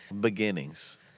Beginnings